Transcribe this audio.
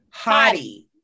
Hottie